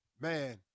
Man